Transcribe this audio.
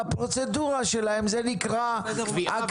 בפרוצדורה שלהם זה נקרא קביעה,